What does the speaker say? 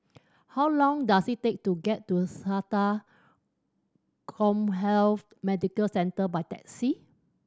how long does it take to get to SATA CommHealth Medical Centre by taxi